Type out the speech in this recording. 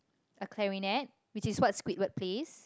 a clarinet which is what Squidward plays